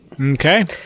Okay